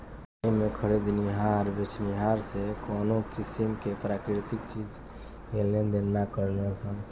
एमें में खरीदनिहार बेचनिहार से कवनो किसीम के प्राकृतिक चीज के लेनदेन ना करेलन सन